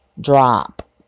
drop